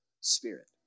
Spirit